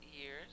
years